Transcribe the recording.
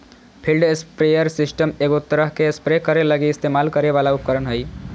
field sprayer system एगो तरह spray करे लगी इस्तेमाल करे वाला उपकरण हइ